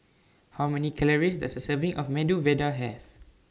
How Many Calories Does A Serving of Medu Vada Have